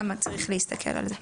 צריך להסתכל גם על זה.